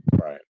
Right